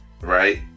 Right